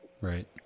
Right